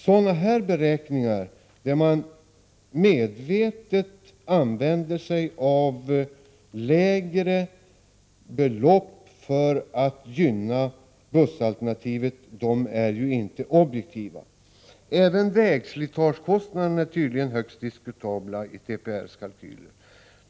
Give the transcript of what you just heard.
Sådana här beräkningar, där man medvetet räknar med lägre belopp för att gynna bussalternativet, är inte objektiva. Även vägslitagekostnaderna är tydligen högst diskutabla i TPR:s kalkyler.